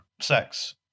Sex